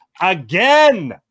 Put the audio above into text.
Again